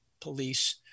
police